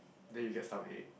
then you get some egg